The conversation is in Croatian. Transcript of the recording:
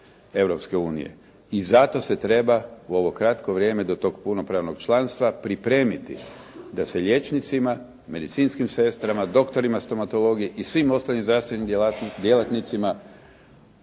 Europske unije. I zato se treba u ovo kratko vrijeme do tog punopravnog članstva pripremiti da se liječnicima, medicinskim sestrama, doktorima stomatologije i svim ostalim zdravstvenim djelatnicima